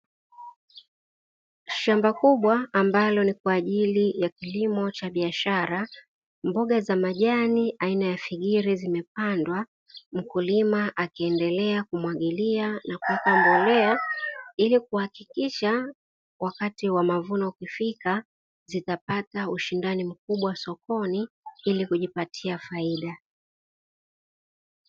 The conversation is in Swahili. Shamba kubwa ambalo ni kwa ajili ya kilimo cha biashara, mboga za majani aina ya figiri zimepandwa; mkulima akiendelea kumwagilia na kuweka mbolea ili kuhakikisha wakati wa mavuno ukifika zitapata ushindani mkubwa sokoni ili kujipatia faida.